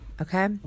Okay